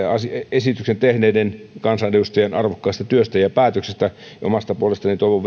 esityksen tehneiden kansanedustajien arvokkaasta työstä ja päätöksestä ja omasta puolestani toivon